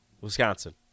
Wisconsin